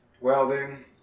welding